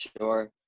sure